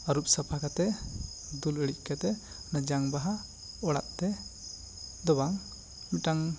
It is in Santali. ᱟᱹᱨᱩᱵᱽ ᱥᱟᱯᱷᱟ ᱠᱟᱛᱮ ᱫᱩᱞ ᱤᱸᱲᱤᱡ ᱠᱟᱛᱮ ᱚᱱᱟ ᱡᱟᱝ ᱵᱟᱦᱟ ᱚᱲᱟᱜ ᱛᱮᱫᱚ ᱵᱟᱝ ᱢᱤᱫ ᱴᱟᱱ